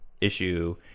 issue